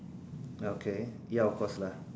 okay ya of course lah